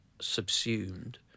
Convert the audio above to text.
subsumed